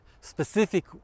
specific